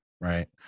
right